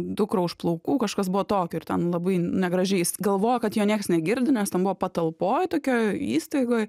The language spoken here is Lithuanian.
dukrą už plaukų kažkas buvo tokio ir ten labai negražiais galvojo kad jo nieks negirdi nes ten buvo patalpoj tokioj įstaigoj